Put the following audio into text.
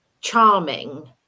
charming